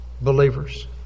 believers